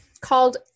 called